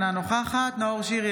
אינה נוכחת נאור שירי,